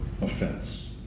offense